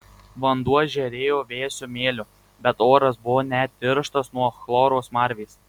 vanduo žėrėjo vėsiu mėliu bet oras buvo net tirštas nuo chloro smarvės